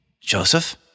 Joseph